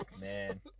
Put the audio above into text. Man